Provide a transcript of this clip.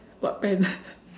what pen